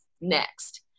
next